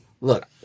look